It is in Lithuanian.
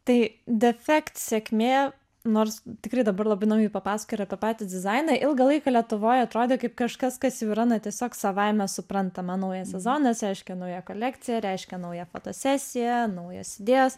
tai defekt sėkmė nors tikrai dabar labai įdomiai papasakojai apie patį dizainą ilgą laiką lietuvoj atrodė kaip kažkas kas jau yra na tiesiog savaime suprantama naujas sezonas reiškia nauja kolekcija reiškia nauja fotosesija naujos idėjos